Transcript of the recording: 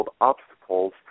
obstacles